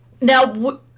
Now